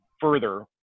further